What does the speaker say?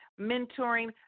Mentoring